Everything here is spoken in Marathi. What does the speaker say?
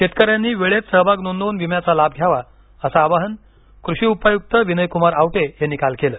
शेतकऱ्यांनी वेळेत सहभाग नोंदवून विम्याचा लाभ घ्यावा असं आवाहन कृषी उपायुक्त विनयकुमार आवटे यांनी काल केलं